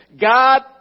God